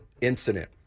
incident